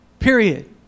Period